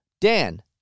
Dan